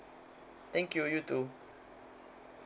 thank you you too